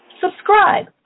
Subscribe